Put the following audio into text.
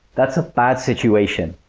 that's a bad situation.